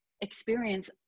experience